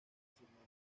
fácilmente